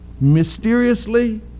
mysteriously